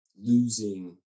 losing